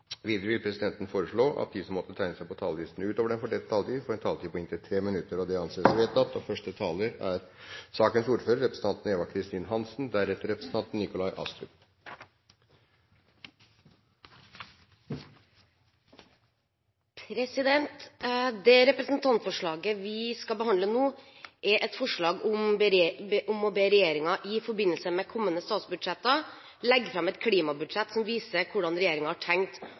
Videre vil presidenten foreslå at de som måtte tegne seg på talerlisten utover den fordelte taletid, får en taletid på inntil 3 minutter. – Det anses vedtatt. Det representantforslaget vi skal behandle nå, er et forslag om å be regjeringen i forbindelse med kommende statsbudsjett legge fram et klimabudsjett som viser hvordan regjeringen har tenkt